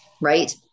Right